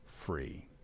free